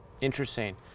Interesting